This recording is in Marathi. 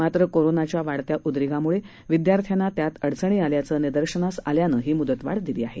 मात्र कोरोनाच्या वाढत्या उद्रेकामुळे विद्यार्थ्यांना त्यात अडचणी आल्याचं निदर्शनाला आल्यानं ही मुदतवाढ दिली आहे